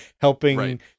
helping